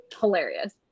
hilarious